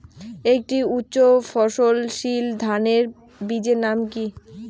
একটি উচ্চ ফলনশীল ধানের বীজের নাম কী?